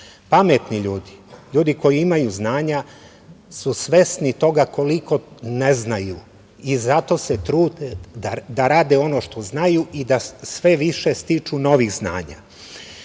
Pametni ljudi, ljudi koji imaju znanja su svesni toga koliko ne znaju i zato se trude da rade ono što znaju i da sve više stiču novih znanja. Ko